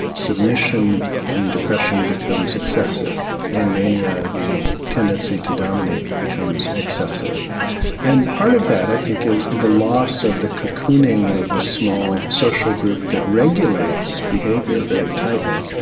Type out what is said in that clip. submission in depression becomes excessive in mania the tendency to dominate becomes excessive and part of that i think is the loss of the cocooning of the small social group that regulates behaviour very tightly.